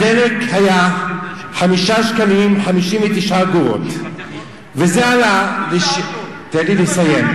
מחיר הדלק היה 5.59 שקלים, וזה עלה, תן לי לסיים.